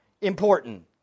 Important